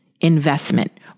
investment